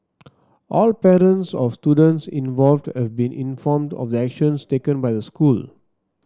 all parents of students involved have been informed of the actions taken by the school